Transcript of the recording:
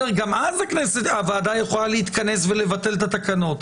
גם אז הוועדה יכולה להתכנס ולבטל את התקנות,